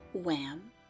Wham